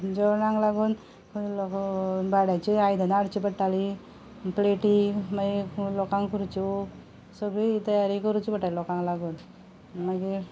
जेवणाक लागून भाडयाचीं आयदनां हाडचीं पडटालीं प्लेटी मागीर लोकांक खुर्च्यो सगळी तयारी करची पडटाली लोकांक लागून मागीर